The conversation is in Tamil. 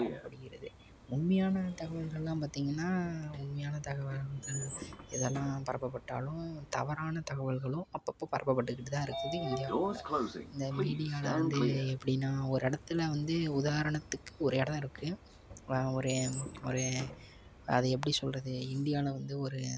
பரப்பப்படுகிறது உண்மையான தகவல்கள்லாம் பார்த்தீங்கனா உண்மையான தகவல்கள் இதெல்லாம் பரப்ப பட்டாலும் தவறான தகவல்களும் அப்பப்போ பரப்பப்பட்டுக்கிட்டுதான் இருக்குது இந்தியாக்குள்ள இந்த மீடியாவில வந்து எப்படினா ஒரு இடத்துல வந்து உதாரணத்துக்கு ஒரு இடம் இருக்குது ஒரு ஒரு அது எப்படி சொல்கிறது இந்தியாவில வந்து ஒரு